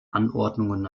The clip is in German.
anordnungen